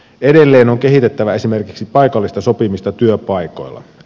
edelleen on kehitettävä esimerkiksi paikallista sopimista työpaikoilla